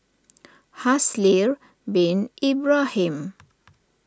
Haslir Bin Ibrahim